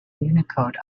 unicode